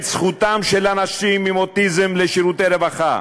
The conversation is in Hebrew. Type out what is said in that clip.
את זכותם של אנשים עם אוטיזם לשירותי רווחה.